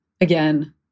again